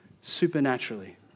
supernaturally